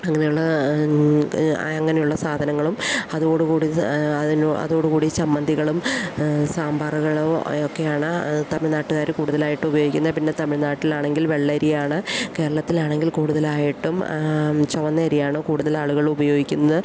അങ്ങനെയുള്ള അങ്ങനെയുള്ള സാധനങ്ങളും അതോടുകൂടി അതിനോ അതോടുകൂടി ചമ്മന്തികളും സാമ്പാറുകളും ഒക്കെയാണ് തമിഴ്നാട്ടുകാര് കൂടുതലായിട്ടും ഉപയോഗിക്കുന്നത് പിന്നെ തമിഴ്നാട്ടിലാണെങ്കിൽ വെള്ളരിയാണ് കേരളത്തിലാണെങ്കിൽ കൂടുതലായിട്ടും ചുവന്ന അരിയാണ് കൂടുതൽ ആളുകളുപയോഗിക്കുന്നത്